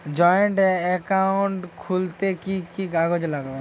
Joint account খুলতে কি কি কাগজ লাগবে?